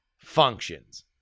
functions